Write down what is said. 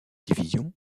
division